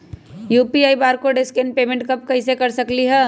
UPI barcode scan payment हम कईसे कर सकली ह?